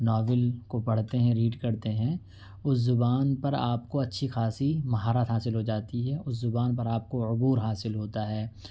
novel کو پڑھتے ہیں ریڈ کرتے ہیں اس زبان پر آپ کو اچھی خاصی مہارت حاصل ہو جاتی ہے اس زبان پر آپ کو عبور حاصل ہوتا ہے